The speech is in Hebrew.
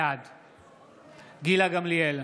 בעד גילה גמליאל,